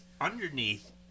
underneath